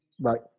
Right